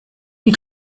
die